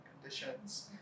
conditions